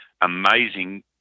amazing